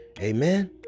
Amen